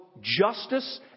justice